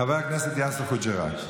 חבר הכנסת יאסר חוג'יראת.